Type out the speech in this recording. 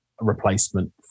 replacement